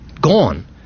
gone